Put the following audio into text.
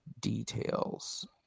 details